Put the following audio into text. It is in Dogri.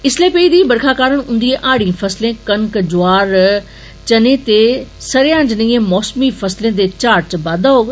इसलै पेई दी बरखा कारण उन्दियें हाड़ी फसलें कनक जोआर ते चने ते सरेयां जनेईयें मौसमी फसलें दे झाड़ इच बाद्वा होग